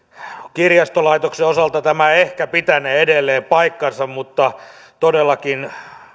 kirjastolaitoksen osalta tämä ehkä pitänee edelleen paikkansa mutta todellakin